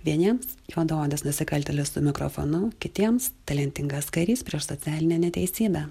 vieniems juodaodis nusikaltėlis su mikrofonu kitiems talentingas karys prieš socialinę neteisybę